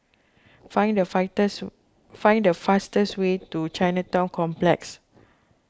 find the fighters find the fastest way to Chinatown Complex